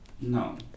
no